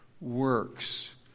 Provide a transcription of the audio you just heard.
works